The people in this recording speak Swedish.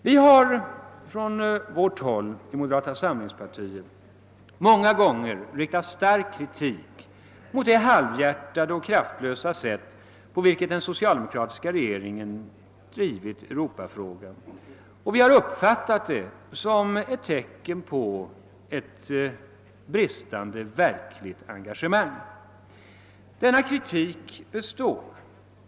Vi har från moderata samlingspartiet många gånger riktat stark kritik mot det halvhjärtade och kraftlösa sätt, på vilket den socialdemokratiska regeringen drivit Europafrågan, och vi har uppfattat det som ett tecken på ett bristande verkligt engagemang. Denna kritik består.